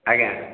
ଆଜ୍ଞା